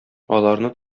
аларны